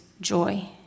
joy